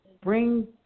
bring